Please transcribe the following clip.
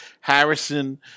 Harrison